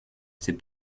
ses